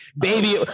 baby